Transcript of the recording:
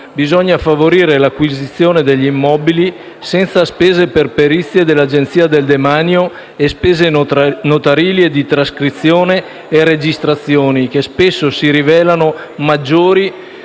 bisogna favorire l'acquisizione degli immobili senza spese per perizie dell'Agenzia del demanio e senza spesi notarili e di trascrizione e registrazione, che spesso si rivelano maggiori